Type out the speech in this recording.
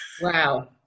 Wow